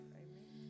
amen